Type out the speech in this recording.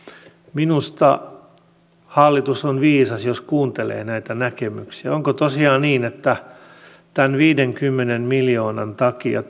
minusta hallitus on viisas jos kuuntelee näitä näkemyksiä onko tosiaan niin että tämän viidenkymmenen miljoonan takia